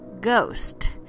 ghost